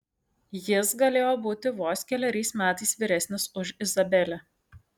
jis galėjo būti vos keleriais metais vyresnis už izabelę